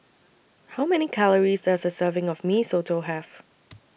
How Many Calories Does A Serving of Mee Soto Have